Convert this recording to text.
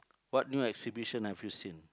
what new exhibition have you seen